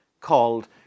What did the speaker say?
called